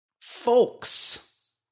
Folks